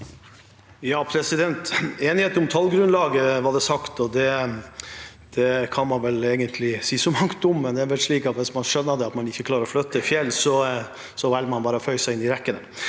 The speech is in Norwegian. Enighet om tallgrunnlaget, ble det sagt, og det kan man vel egentlig si så mangt om. Det er vel slik at hvis man skjønner at man ikke klarer å flytte fjell, velger man bare å føye seg inn i rekken.